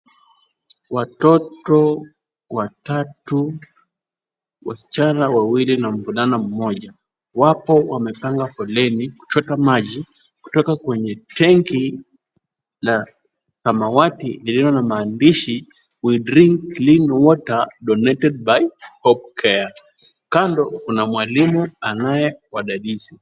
Watoto watatu, wasichana wawili na mvulana mmoja, wapo wamepanga foleni kuchota maji kutoka kwenye tenki la samawati lililo na maandishi, we drink clean water donated by hopecare . Kando kuna mwalimu anayewadadisi.